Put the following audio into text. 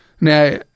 Now